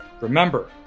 Remember